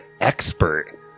expert